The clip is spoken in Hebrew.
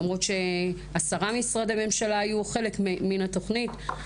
למרות שעשרה משרדי ממשלה היו חלק מן התוכנית,